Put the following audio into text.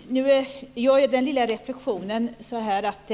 Fru talman! Nu gör jag den lilla reflexionen att